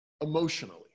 emotionally